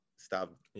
stop